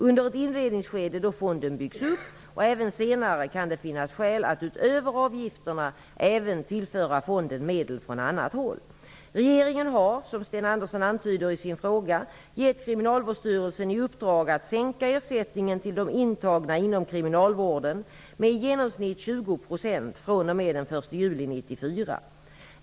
Under ett inledningsskede då fonden byggs upp och även senare kan det finnas skäl att utöver avgifterna även tillföra fonden medel från annat håll. Regeringen har, som Sten Andersson antyder i sin fråga, givit Kriminalvårdsstyrelsen i uppdrag att sänka ersättningen till de intagna inom kriminalvården med i genomsnitt 20 % fr.o.m. den 1 juli 1994.